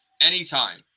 Anytime